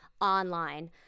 online